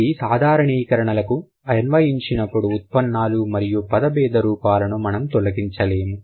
ఇది సాధారణీకరణ లకు అన్వయించినపుడు ఉత్పన్నాలు మరియు పద రూప బేధాలను మనం తొలగించే లేము